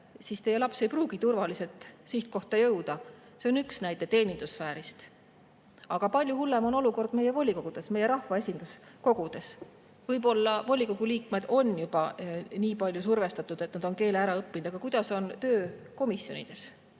kõneleb. Laps ei pruugi turvaliselt sihtkohta jõuda. See on üks näide teenindussfäärist. Aga palju hullem on olukord meie volikogudes, meie rahvaesinduskogudes. Võib-olla volikogu liikmed on juba nii palju survestatud, et nad on keele ära õppinud, aga kuidas on töö komisjonides,